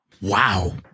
Wow